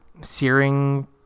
searing